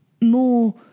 more